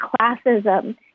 classism